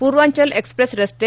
Purvanchal express ರಸ್ತೆ